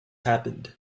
happened